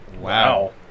wow